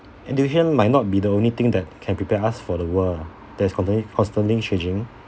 education might not be the only thing that can prepare us for the world that's constantly constantly changing